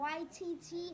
YTT